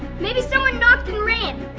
maybe someone knocked and ran?